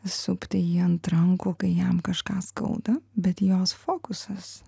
supti jį ant rankų kai jam kažką skauda bet jos fokusas